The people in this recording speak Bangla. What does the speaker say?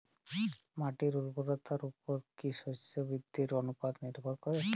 মাটির উর্বরতার উপর কী শস্য বৃদ্ধির অনুপাত নির্ভর করে?